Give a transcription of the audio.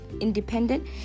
independent